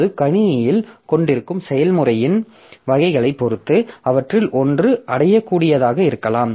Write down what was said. இப்போது கணினியில் கொண்டிருக்கும் செயல்முறையின் வகையைப் பொறுத்து அவற்றில் ஒன்று அடையக்கூடியதாக இருக்கலாம்